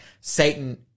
Satan